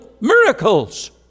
miracles